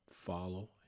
follow